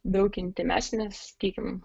daug intymesnis sakykim